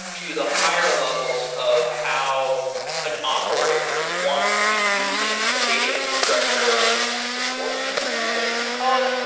to the higher levels of how an operator wants to be using a data infrastructure support tool, i guess you would call it.